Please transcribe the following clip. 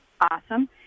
Awesome